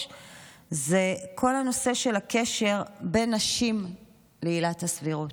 זה כל הנושא של הקשר בין נשים לעילת הסבירות.